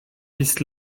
this